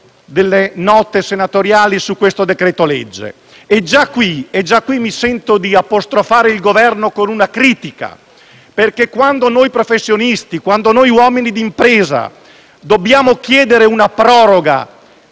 delle note senatoriali su questo decreto-legge. Già qui mi sento di apostrofare il Governo con una critica, perché quando noi professionisti, noi uomini d'impresa, dobbiamo chiedere una proroga